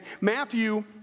Matthew